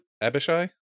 Abishai